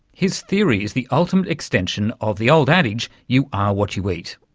his theory is the ultimate extension of the old adage you are what you eat.